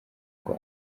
ngo